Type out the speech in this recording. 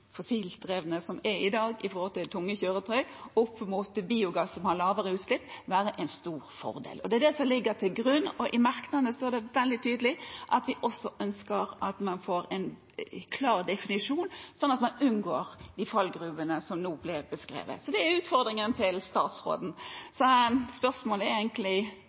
være en stor fordel. Det er det som ligger til grunn. I merknadene står det veldig tydelig at vi også ønsker at man får en klar definisjon, slik at man unngår de fallgruvene som nå blir beskrevet. Det er utfordringen til statsråden. Spørsmålet er egentlig: